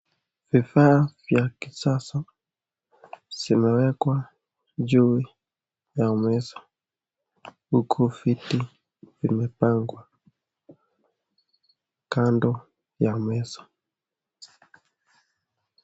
Vifaa vya kisasa zimewekwa juu ya meza, huku viti vimepangwa kando ya meza.